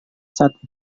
saat